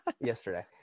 yesterday